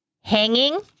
Hanging